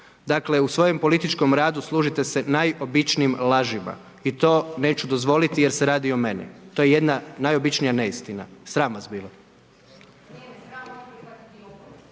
Dakle, u svojem političkom radu, služite se najobičnijim lažima i to neću dozvoliti jer se radi o meni, to je jedna najobičnija neistina, sram vas bilo.